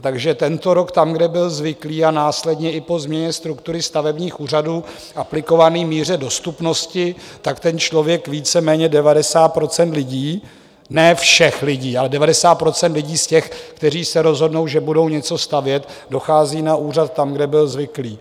Takže tento rok tam, kde byl zvyklý, a následně i po změně struktury stavebních úřadů, aplikované v míře dostupnosti, tak ten člověk, víceméně 90 % lidí, ne všech lidí, ale 90 % lidí z těch, kteří se rozhodnou, že budou něco stavět, dochází na úřad tam, kde byli zvyklí.